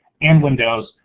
and windows,